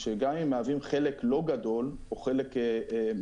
שגם אם מהווים חלק לא גדול או חלק מסוים,